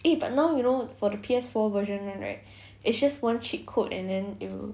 eh but now you know for the P_S four version one right it's just one cheat code and then it'll